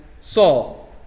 Saul